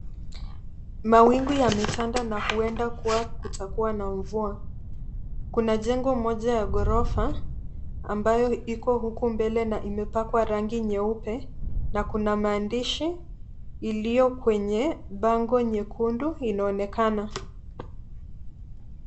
Mawingu yametanda na huenda kuwa kutakuwa na mvua. Kuna jengo moja ya ghorofa ambayo Iko huku mbele na imepakwa rangi nyeupe na kuna maandishi iliyo kwenye bango nyekundu inaonekana.